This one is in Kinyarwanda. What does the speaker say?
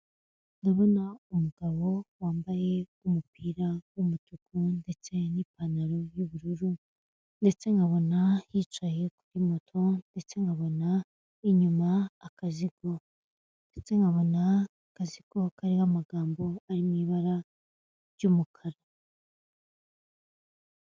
Ndabona umugabo wambaye umupira w'umutuku, ndetse n'ipantaro y'ubururu, ndetse nkabona yicaye kuri moto, ndetse nkabona inyuma akazigo, ndetse nkabona akazigo kariho amagambo ari mu ibara ry'umukara.